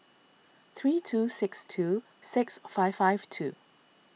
three two six two six five five two